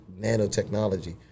nanotechnology